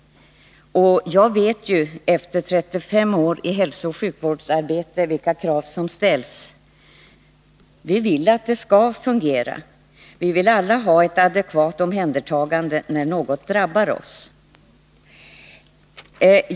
Efter att i35 år ha varit verksam inom hälsooch sjukvården vet jag vilka krav som ställs. Vi vill att sjukvården skall fungera. Vi vill alla ha ett adekvat omhändertagande när något drabbar oss.